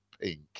pink